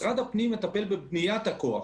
משרד הפנים מטפל בבניית הכוח,